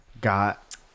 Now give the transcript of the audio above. got